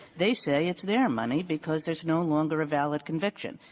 they say it's their money because there's no longer a valid conviction.